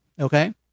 okay